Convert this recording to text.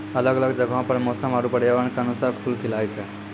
अलग अलग जगहो पर मौसम आरु पर्यावरण क अनुसार फूल खिलए छै